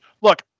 Look